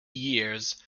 years